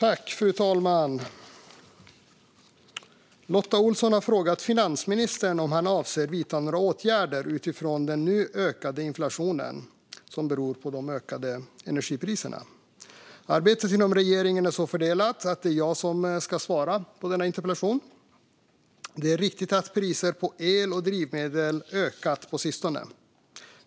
Fru talman! Lotta Olsson har frågat finansministern om han avser att vidta några åtgärder utifrån den nu ökade inflationen som beror på de ökade energipriserna. Arbetet inom regeringen är så fördelat att det är jag som ska svara på interpellationen. Det är riktigt att priser på el och drivmedel har ökat på sistone.